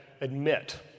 admit